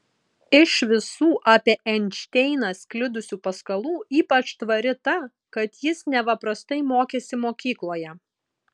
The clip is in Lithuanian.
iš visų apie einšteiną sklidusių paskalų ypač tvari ta kad jis neva prastai mokėsi mokykloje